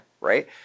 right